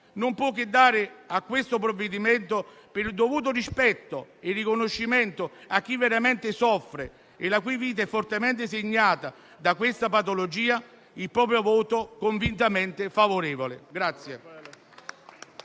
non può che dare a questo provvedimento, per il dovuto rispetto e il riconoscimento a chi veramente soffre e la cui vita è fortemente segnata da questa patologia, il proprio voto convintamente favorevole.